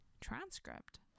transcript